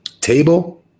table